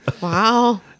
Wow